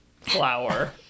flower